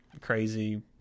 crazy